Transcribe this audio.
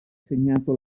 segnato